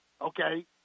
Okay